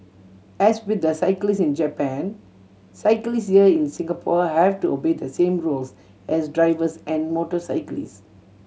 as with the cyclist in Japan cyclist here in Singapore have to obey the same rules as drivers and motorcyclists